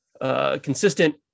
consistent